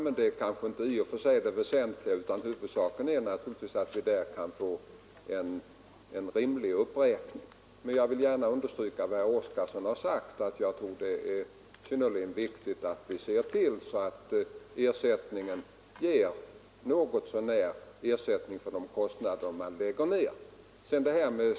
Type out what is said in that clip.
Men detta är kanske inte det väsentliga, utan huvudsaken är naturligtvis att vi därvidlag kan få en rimlig uppräkning. Men jag vill gärna understryka vad herr Oskarson har sagt. Jag tror det är synnerligen viktigt att vi även i detta fall ser till att ersättningen ger något så när tillfredsställande kompensation för de kostnader man lagt ned.